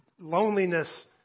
loneliness